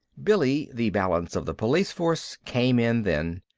billy, the balance of the police force, came in then.